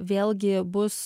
vėlgi bus